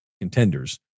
contenders